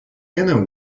inner